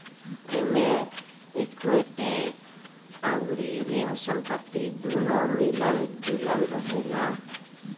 एमे इक्विटी अउरी ऋण संपत्ति दूनो मिलल जुलल रहेला